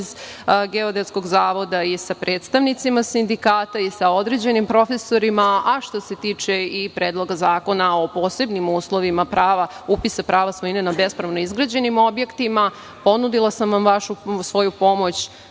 iz Geodetskog zavoda i sa predstavnicima sindikata, i sa određenim profesorima, a što se tiče i Predloga zakona o posebnim uslovima upisa prava svojine na bespravno izgrađenim objektima, ponudila sam vam svoju pomoć,